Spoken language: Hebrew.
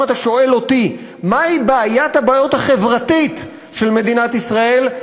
אם אתה שואל אותי מהי בעיית הבעיות החברתית של מדינת ישראל,